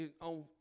on